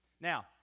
Now